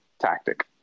tactic